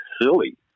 silly